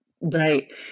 Right